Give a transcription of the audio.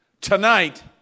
tonight